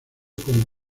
con